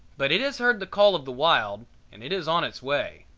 but it has heard the call of the wild and it is on its way.